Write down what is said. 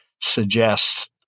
suggests